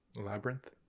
Labyrinth